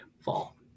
fall